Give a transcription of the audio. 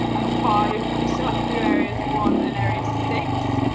and five. we still have to do areas one and areas six.